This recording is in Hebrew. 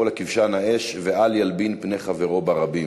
לכבשן האש ואל ילבין פני חברו ברבים.